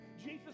jesus